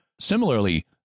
Similarly